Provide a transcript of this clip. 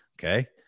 Okay